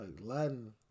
Latin